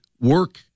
work